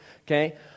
okay